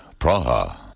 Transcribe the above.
Praha